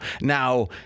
Now